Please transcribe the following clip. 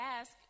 ask